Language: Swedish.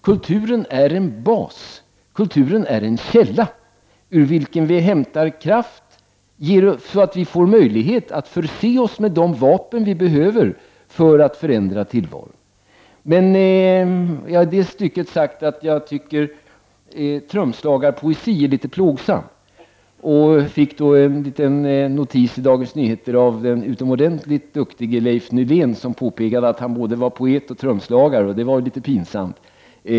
Kulturen är en bas och en källa ur vilken vi hämtar kraft så att vi får möjlighet att förse oss med de vapen vi behöver för att förändra tillvaron. Jag har sagt att jag tycker trumslagarpoesi är litet plågsam. Det blev då en liten notis i Dagens Nyheter av den utomordentligt duktige Leif Nylén som påpekade att han både var poet och trumslagare, och det var litet pinsamt.